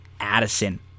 Addison